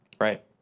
Right